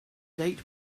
date